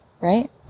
Right